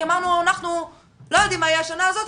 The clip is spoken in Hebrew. כי אמרתם: אנחנו לא יודעים מה יהיה השנה הזאת,